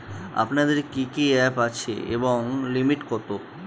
আপনাদের কি কি অ্যাপ আছে এবং লিমিট কত?